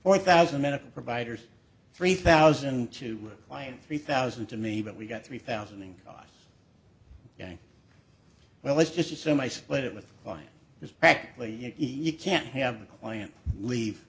four thousand medical providers three thousand to clients three thousand to me but we got three thousand in costs down well let's just assume i split it with is practically eat can't have a client leave